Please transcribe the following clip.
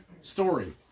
story